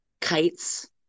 Kites